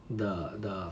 the the